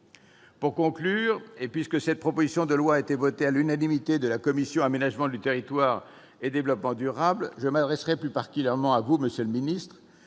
Pour conclure, et puisque cette proposition de loi a été votée à l'unanimité de la commission de l'aménagement du territoire et du développement durable, je m'adresserai plus particulièrement à vous, monsieur le secrétaire